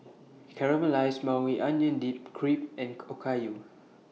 Caramelized Maui Onion Dip Crepe and Okayu